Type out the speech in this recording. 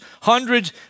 hundreds